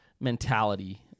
mentality